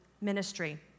Ministry